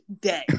day